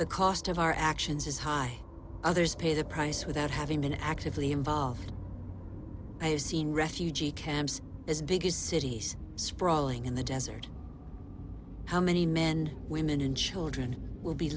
the cost of our actions is high others pay the price without having been actively involved i've seen refugee camps as biggest cities sprawling in the desert how many men and women in chile dran will be